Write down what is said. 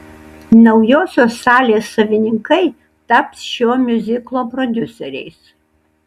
naujosios salės savininkai taps šio miuziklo prodiuseriais